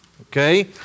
okay